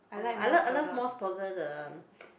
uh I love I love Mos Burger the